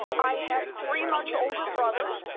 i have three much older brothers.